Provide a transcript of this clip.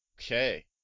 Okay